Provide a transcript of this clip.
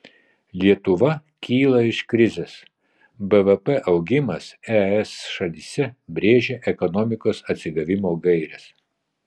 lietuva kyla iš krizės bvp augimas es šalyse brėžia ekonomikos atsigavimo gaires